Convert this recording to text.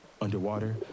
Underwater